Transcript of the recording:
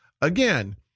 again